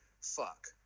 fuck